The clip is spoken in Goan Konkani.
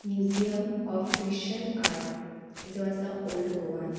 म्युजियम ऑफ क्रिश्चन आर्ट जो आसा ओल्ड गोवान